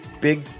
big